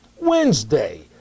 Wednesday